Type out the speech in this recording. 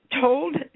told